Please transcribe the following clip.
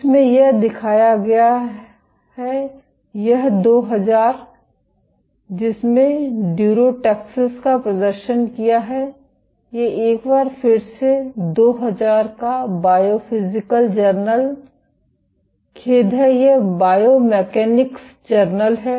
इसमें यह दिखाया गया है यह 2000 जिसमें durotaxis का प्रदर्शन किया है यह एक बार फिर से 2000 का बायोफिजिकल जर्नल खेद है कि यह बायोमैकेनिक्स जर्नल है